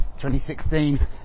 2016